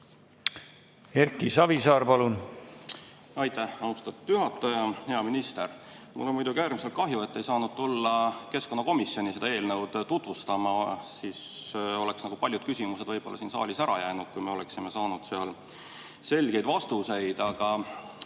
Erki Savisaar, palun!